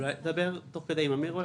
אולי תדבר תוך כדי הדיון עם אמיר דהן.